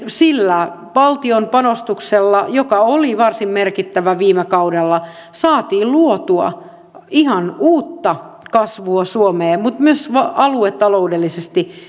sillä valtion panostuksella joka oli varsin merkittävä viime kaudella saatiin luotua ihan uutta kasvua suomeen mutta myös aluetaloudellisesti